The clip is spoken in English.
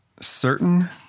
Certain